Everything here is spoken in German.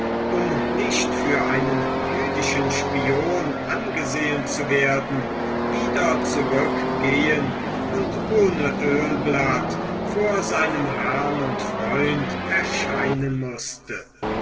um nicht für einen jüdischen spion angesehn zu werden wieder zurückgehen und ohne ölblatt vor seinem herrn und freund erscheinen mußte